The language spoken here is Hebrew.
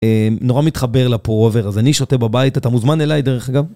נורא מתחבר לפורובר, אז אני שותה בבית, אתה מוזמן אליי דרך אגב?